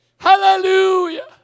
Hallelujah